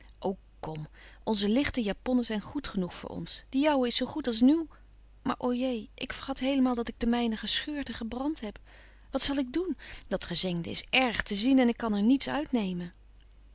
o kom onze lichte japonnen zijn goed genoeg voor ons de jouwe is zoo goed als nieuw maar o jé ik vergat heelemaal dat ik de mijne gescheurd en gebrand heb wat zal ik doen dat gezengde is erg te zien en ik kan er niets uitnemen